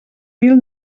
mil